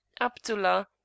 abdullah